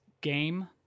game